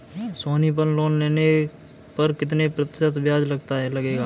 सोनी पल लोन लेने पर कितने प्रतिशत ब्याज लगेगा?